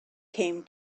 came